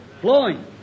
flowing